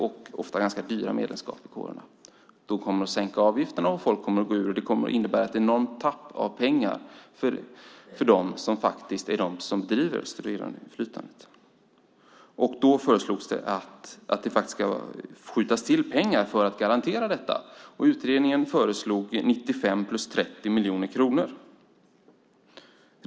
Det är ofta ganska dyra medlemskap. De kommer att sänka avgifterna, folk kommer att gå ur, och det kommer att innebära ett enormt tapp av pengar för dem som faktiskt driver studentinflytandet. Då föreslogs det att det ska skjutas till pengar för att garantera detta. Utredningen föreslog 95 miljoner plus 30 miljoner kronor.